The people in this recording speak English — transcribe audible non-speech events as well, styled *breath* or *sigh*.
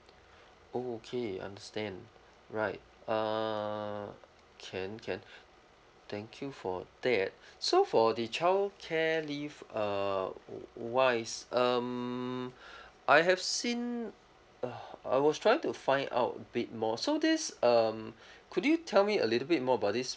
okay understand right uh can can thank you for that so for the childcare leave uh wise um *breath* I have seen ugh I was trying to find out a bit more so this um could you tell me a little bit more about this